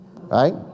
right